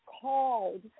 called